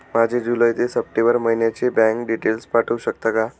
माझे जुलै ते सप्टेंबर महिन्याचे बँक डिटेल्स पाठवू शकता का?